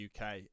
UK